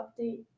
update